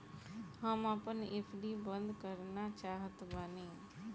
हम आपन एफ.डी बंद करना चाहत बानी